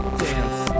dance